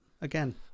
again